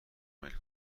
میل